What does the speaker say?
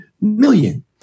million